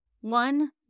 one